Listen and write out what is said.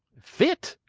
fit?